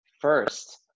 first